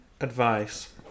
Advice